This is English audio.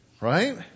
Right